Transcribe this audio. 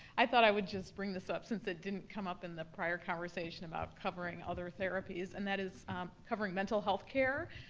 i thought i would just bring this up since it didn't come up in the prior conversation about covering other therapies, and that is covering mental health care.